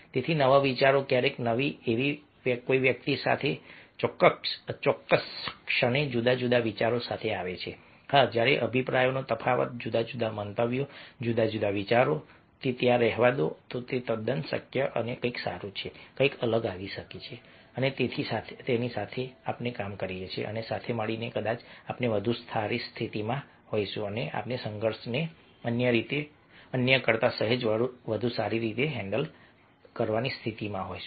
તેથી નવા વિચારો ક્યારેય નહીં આવે કોઈ વ્યક્તિ તે ચોક્કસ ક્ષણે જુદા જુદા વિચારો સાથે આવે છે હા જ્યારે અભિપ્રાયનો તફાવત જુદા જુદા મંતવ્યો જુદા જુદા વિચારો તે ત્યાં રહેવા દો તે તદ્દન શક્ય છે કે કંઈક સારું છે કંઈક અલગ આવી શકે છે અને તેની સાથે જો આપણે કામ કરીએ તો સાથે મળીને કદાચ આપણે વધુ સારી સ્થિતિમાં હોઈશું અને આપણે સંઘર્ષને અન્ય કરતા સહેજ વધુ સારી રીતે હેન્ડલ કરવાની સ્થિતિમાં હોઈશું